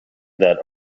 that